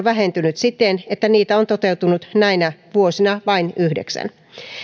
vähentynyt siten että niitä on toteutunut näinä vuosina vain yhdeksän